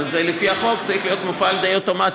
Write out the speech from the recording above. אבל לפי החוק זה צריך להיות מופעל אוטומטית,